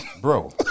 bro